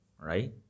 right